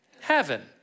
heaven